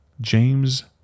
James